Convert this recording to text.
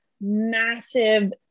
massive